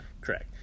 correct